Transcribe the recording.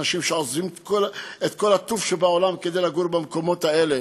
אנשים שעזבו את כל הטוב שבעולם כדי לגור במקומות האלה,